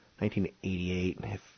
1988